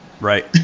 Right